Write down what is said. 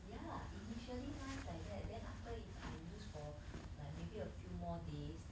ya initially mine's like that then after if I use for like maybe a few more days